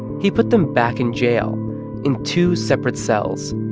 he put them back in jail in two separate cells,